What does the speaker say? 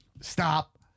stop